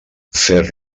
fer